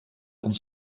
ons